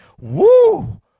Woo